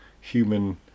human